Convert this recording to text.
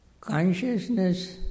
consciousness